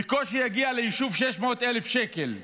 בקושי הגיעו ליישוב 600,000 שקל,